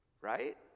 right